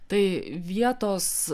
tai vietos